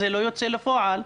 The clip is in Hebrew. זה לא יוצא לפועל,